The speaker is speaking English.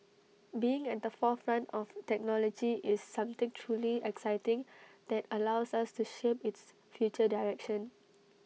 being at the forefront of technology is something truly exciting that allows us to shape its future direction